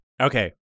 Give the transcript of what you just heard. Okay